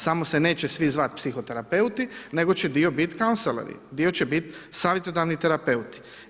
Samo se neće svi zvati psihoterapeuti, nego će dio biti, ... dio će biti savjetodavni terapeuti.